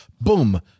boom